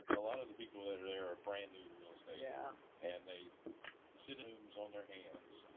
a lot of the people that are there are brand new to real estate yeah and they sit in rooms on their hands.